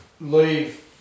leave